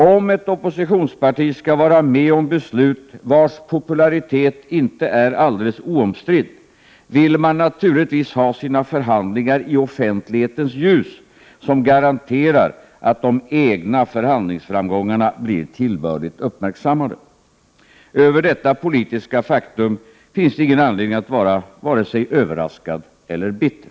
Om ett oppositionsparti skall vara med om beslut vilkas popularitet inte är alldeles oomstritt, vill man naturligtvis ha förhandlingar i offentlighetens ljus, som garanterar att de egna förhandlings framgångarna blir tillbörligt uppmärksammade. Över detta politiska faktum Prot. 1988/89:130 finns det ingen anledning att vara vare sig överraskad eller bitter.